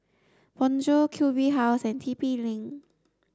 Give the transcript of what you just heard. Bonjour Q B House and T P link